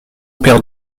perd